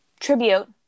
tribute